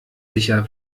sicher